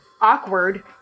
awkward